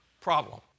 problem